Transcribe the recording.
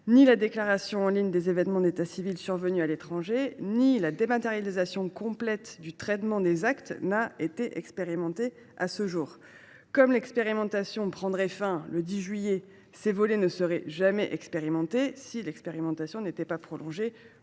Ni la déclaration en ligne des événements d’état civil survenus à l’étranger ni la dématérialisation complète du traitement des actes n’ont été expérimentées à ce jour. Comme l’expérimentation prendra fin le 10 juillet prochain, ces volets ne seront jamais expérimentés si nous ne votons pas la prolongation